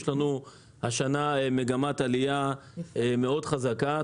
יש לנו השנה מגמת עלייה מאוד חזקה,